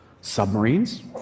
Submarines